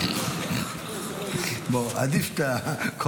נאור, עדיף שתעצור פה.